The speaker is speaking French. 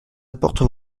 apporte